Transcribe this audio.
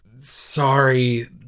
sorry